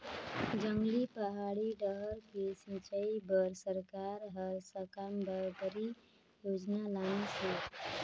जंगली, पहाड़ी डाहर के सिंचई बर सरकार हर साकम्बरी योजना लानिस हे